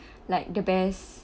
like the best